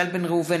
איל בן ראובן,